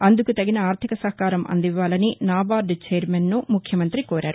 అందుకు తగిన ఆర్ధిక సహకారం అందివ్వాలని నాబార్ద చైర్మన్ను ముఖ్యమంతి కోరారు